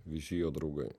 visi jo draugai